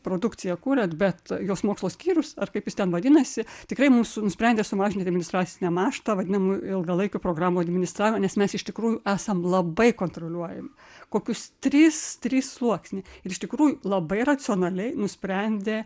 produkciją kūrėt bet jos mokslo skyrius ar kaip jis ten vadinasi tikrai mūsų nusprendė sumažinti administracinę naštą vadinamų ilgalaikių programų administravimą nes mes iš tikrųjų esam labai kontroliuojami kokius trys trys sluoksniai ir iš tikrųjų labai racionaliai nusprendė